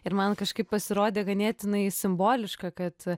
ir man kažkaip pasirodė ganėtinai simboliška kad